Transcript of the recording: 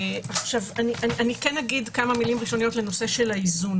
אני אגיד כמה מילים ראשוניות לנושא של האיזון